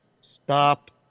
Stop